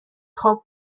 خواب